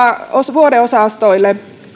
vuodeosastoille